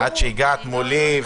בטח, עד שהגעת מולי.